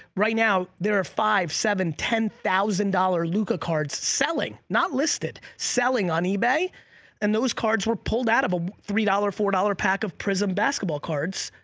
right now, there are five, seven, ten thousand dollars luca cards selling, not listed, selling on ebay and those cards were pulled out of a three dollar, four dollar pack of prism basketball cards.